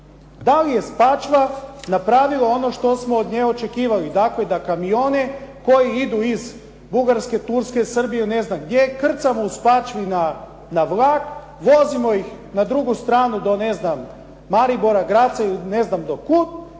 Da li je Spačva napravila ono što smo od nje očekivali, dakle da kamione koji idu iz Bugarske, Turske, Srbije, ne znam gdje krcamo u Spačvi na vlak, vozimo ih na drugu stranu do, ne znam Maribora, Graza ne znam do kud